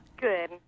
Good